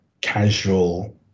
casual